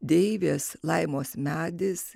deivės laimos medis